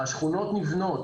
השכונות נבנות.